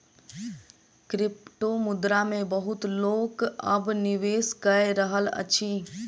क्रिप्टोमुद्रा मे बहुत लोक अब निवेश कय रहल अछि